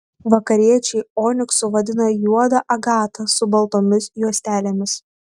vakariečiai oniksu vadina juodą agatą su baltomis juostelėmis